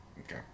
Okay